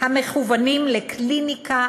המכוונים לקליניקה,